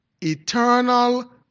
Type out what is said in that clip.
eternal